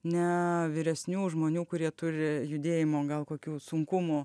ne vyresnių žmonių kurie turi judėjimo gal kokių sunkumų